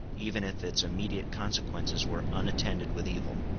even if its immediate consequences were unattended with evil.